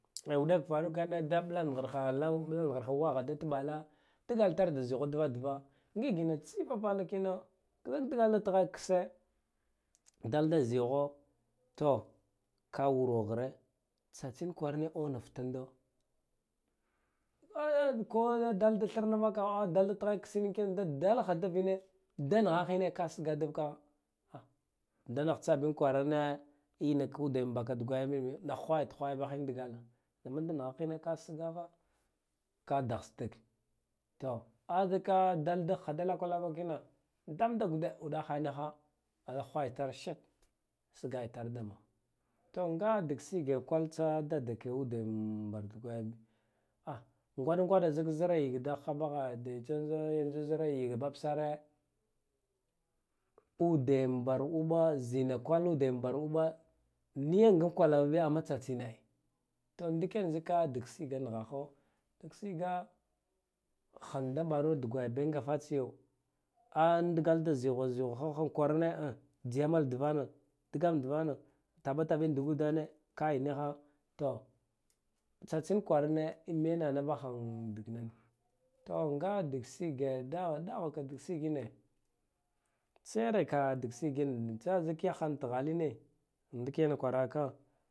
U dek faru gane da bulang ghir ha wagha da tubala digal itar da zighwa diva diva ngi ina tsiyet in vana kina kizak digal da tighi kise dhe da zighwa to ka wuro ghir tsa tsin kwarane auna fitanda aiko dal da thirna vaka ko thirna kise tagha kise da nigha hine ka siga da vakagh da nigh tsa bin kwarane innak ude baka dugwaya biya niya nagh whayata whaya bin digale ama da nigha hine ka sigagha ka dahas dige azak dal ha da lakwa lakwa kina dam da guda uda he niha ka zake whanya itar sheh siga intar da mugha to nga digsigen kwal tsa dade ke ude bar digwaya biya ngwa ngwa de zak zire yadaha bahe de tsa zire yiga babsare ude na bar uba zina kwar udena bar uba niya nga kwal lava biya ama tsa tsin ai ndikyan digsigan nigha ha digsiga ha da baro dugwaya benga fatsiyo a digal da zighwa da zighwa ha in kwarane jiyamal divana digan divan tabatabin dig udane kai niha tsa tsin kwarane mena na bahe in dignana to nga disiga dagha ka disigain tsa zak yahan tighal in ndik yane in kwara haka.